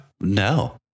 No